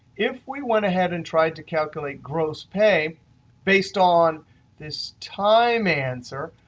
if we went ahead and try to calculate gross pay based on this time answer,